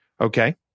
Okay